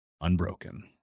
Unbroken